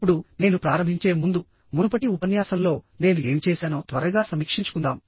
ఇప్పుడు నేను ప్రారంభించే ముందు మునుపటి ఉపన్యాసంలో నేను ఏమి చేశానో త్వరగా సమీక్షించుకుందాం